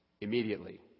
Immediately